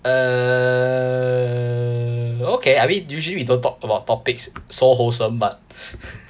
err okay I mean usually we don't talk about topics so wholesome but